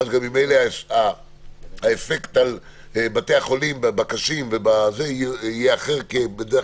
ואז גם ממילא האפקט על בתי החולים יהיה אחר כי בדרך